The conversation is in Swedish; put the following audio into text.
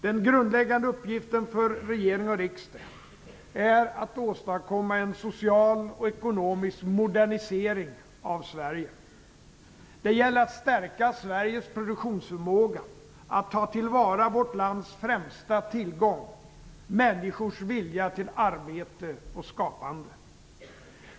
Den grundläggande uppgiften för regering och riksdag är att åstadkomma en social och ekonomisk modernisering av Sverige. Det gäller att stärka Sveriges produktionsförmåga och ta till vara vårt lands främsta tillgång, människors vilja till arbete och skapande.